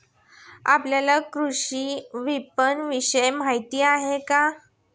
आपल्याला कृषी विपणनविषयी माहिती आहे का?